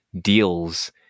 deals